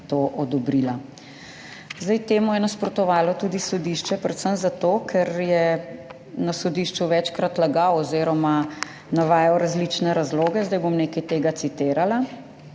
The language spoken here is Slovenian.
Zdaj, temu je nasprotovalo tudi sodišče, predvsem zato, ker je na sodišču večkrat lagal oz. navajal različne razloge. Zdaj bom nekaj tega citirala.